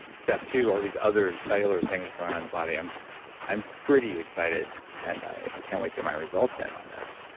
step two, all these other cellular things going in the body. i'm i'm pretty excited. and i i can't wait to get my results in on this